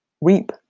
reap